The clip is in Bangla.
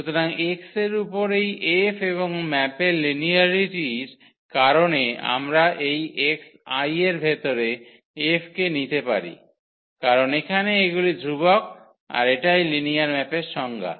সুতরাং x এর উপর এই F এবং ম্যাপের লিনিয়ারিটির কারণে আমরা এই xi এর ভেতরে 𝐹 কে নিতে পারি কারন এখানে এগুলি ধ্রুবক আর এটাই লিনিয়ার ম্যাপের সংজ্ঞা